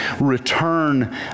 return